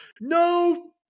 no